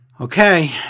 Okay